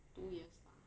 two years bah